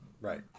Right